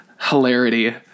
hilarity